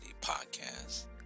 Podcast